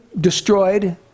destroyed